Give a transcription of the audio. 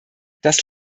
das